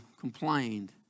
complained